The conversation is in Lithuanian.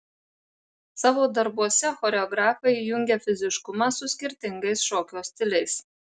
savo darbuose choreografai jungia fiziškumą su skirtingais šokio stiliais